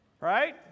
Right